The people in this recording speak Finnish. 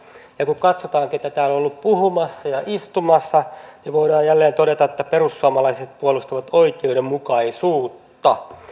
ja kun katsotaan keitä täällä on ollut puhumassa ja istumassa niin voidaan jälleen todeta että perussuomalaiset puolustavat oikeudenmukaisuutta